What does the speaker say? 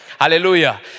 Hallelujah